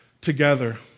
together